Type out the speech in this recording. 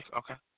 okay